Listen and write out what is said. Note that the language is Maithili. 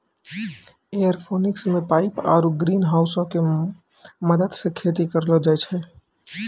एयरोपोनिक्स मे पाइप आरु ग्रीनहाउसो के मदत से खेती करलो जाय छै